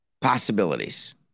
possibilities